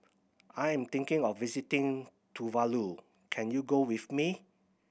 I am thinking of visiting Tuvalu can you go with me